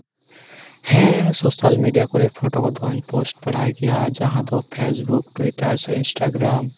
ᱦᱮᱸ ᱥᱳᱥᱟᱞᱢᱤᱰᱤᱭᱟ ᱠᱚᱨᱮ ᱯᱷᱚᱴᱳ ᱠᱚᱫᱚᱧ ᱯᱳᱥᱴ ᱵᱟᱲᱟᱭ ᱜᱮᱭᱟ ᱡᱟᱦᱟᱸ ᱫᱚ ᱯᱷᱮᱥᱵᱩᱠ ᱴᱩᱭᱴᱟᱨ ᱥᱮ ᱤᱱᱥᱴᱟᱜᱨᱟᱢ